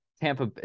Tampa